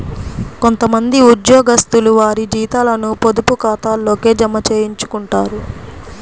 కొంత మంది ఉద్యోగస్తులు వారి జీతాలను పొదుపు ఖాతాల్లోకే జమ చేయించుకుంటారు